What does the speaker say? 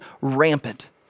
rampant